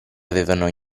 avevano